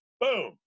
Boom